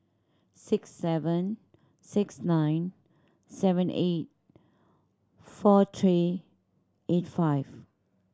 six seven six nine seven eight four three eight five